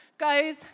goes